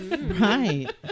right